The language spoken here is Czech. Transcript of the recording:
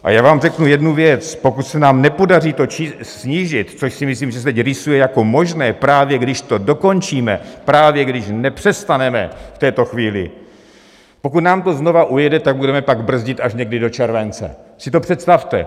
A já vám řeknu jednu věc: pokud se nám nepodaří to snížit, což si myslím, že se teď rýsuje jako možné, právě když to dokončíme, právě když nepřestaneme v této chvíli pokud nám to znovu ujede, tak budeme pak brzdit až někdy do července, si to představte!